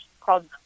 called